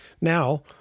Now